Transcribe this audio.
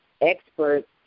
Experts